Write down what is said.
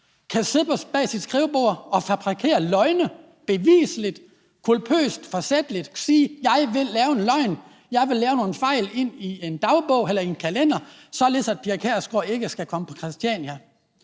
kan sidde bag sit skrivebord og fabrikere løgne, beviseligt, culpøst, forsætligt sige: Jeg vil lave en løgn, jeg vil lave nogle fejl inde i en kalender, således at Pia Kjærsgaard ikke skal komme på Christiania?